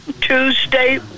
Tuesday